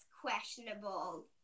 questionable